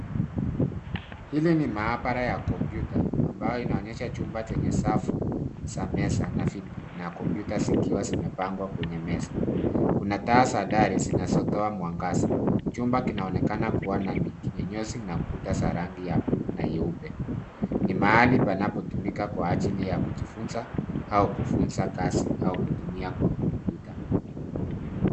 Hili ni maabara ya kompyuta ambayo inaonyesha chumba chenye safu na kompyuta zikiwa zimepangwa kwenye meza, kuna taa dari zinazotoa mwangaza, chumba kinaonekana kuwa ni kinyunyuzi na kuta za rangi ya buluu na nyeupe ,ni mahali panapotumika kwa ajili ya kujifunza au kufunza kazi au kutumia kwa kompyuta.